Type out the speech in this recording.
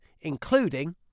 including